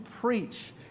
preach